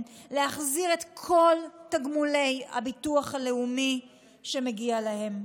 להחזיר את כל תגמולי הביטוח הלאומי שמגיעים להם.